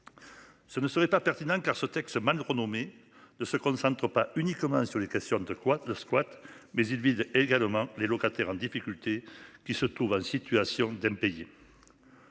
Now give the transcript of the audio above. Ce ne serait pas pertinent, car ce texte mal de renommé de se concentre pas uniquement sur les questions de quoi le squat mais il vise également les locataires en difficulté qui se trouve en situation d'impayés.